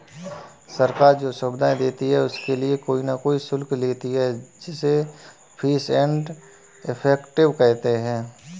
सरकार जो सुविधाएं देती है उनके लिए कोई न कोई शुल्क लेती है जिसे फीस एंड इफेक्टिव कहते हैं